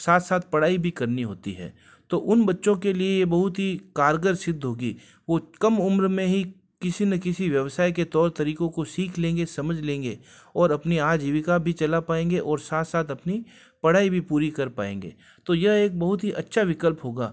साथ साथ पढ़ाई भी करनी होती है तो उन बच्चों के लिए बहुत ही कारगर सिद्ध होगी वो कम उम्र में ही किसी न किसी व्यवसाय के तौर तरीकों को सीख लेंगे और अपने आजीविका भी चला पाएंगे और साथ अपनी पढ़ाई भी पूरी कर पाएंगे तो यह एक बहुत ही अच्छा विकल्प होगा